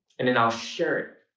and then i'll share it.